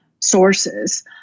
sources